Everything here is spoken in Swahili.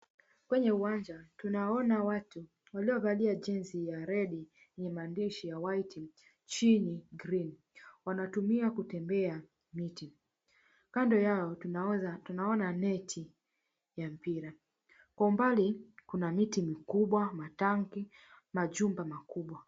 Kwenye uwanja tunawaona watu waliovalia jezi ya red yenye maandishi ya white chini green . Wanatumia kutembea miti. Kando yao tunaona neti ya mpira. Kwa umbali kuna miti mikubwa, matanki, majumba makubwa.